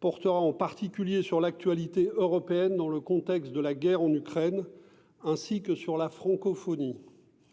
portera en particulier sur l'actualité européenne, dans le contexte de la guerre en Ukraine, ainsi que sur la francophonie.